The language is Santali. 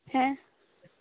ᱦᱮᱸ